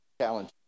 Challenge